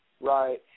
Right